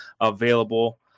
available